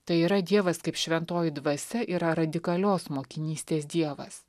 tai yra dievas kaip šventoji dvasia yra radikalios mokinystės dievas